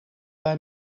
bij